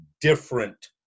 different